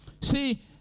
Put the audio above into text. See